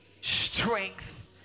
strength